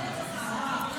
זה הנמקה מהמקום,